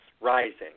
rising